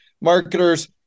marketers